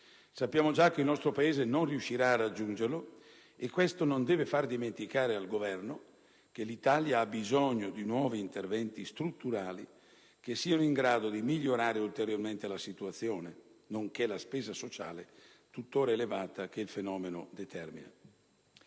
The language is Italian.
sappiamo già che il nostro Paese non riuscirà a raggiungerlo e questo non deve far dimenticare al Governo che l'Italia ha bisogno di nuovi interventi strutturali che siano in grado di migliorare ulteriormente la situazione, nonché la spesa sociale, tuttora elevata, che il fenomeno determina.